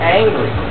angry